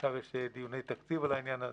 עכשיו יש דיוני תקציב על העניין הזה.